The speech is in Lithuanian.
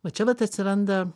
va čia vat atsiranda